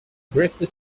briefly